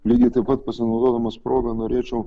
lygiai taip pat pasinaudodamas proga norėčiau